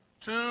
Two